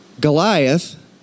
Goliath